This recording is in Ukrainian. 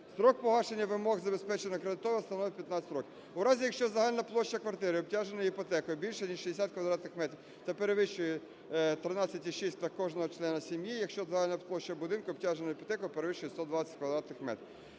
Строк погашення вимог забезпеченого кредитора становить 15 років. У разі якщо загальна площа квартири, обтяженої іпотекою, більше ніж 60 квадратних метрів та перевищує 13,6 на кожного члена сім'ї, якщо загальна площа будинку, обтяженого іпотекою, перевищує 120 квадратних метрів.